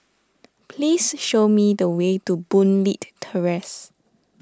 please show me the way to Boon Leat Terrace